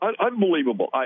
Unbelievable